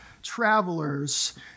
travelers